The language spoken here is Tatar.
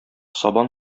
сабан